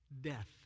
death